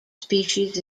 species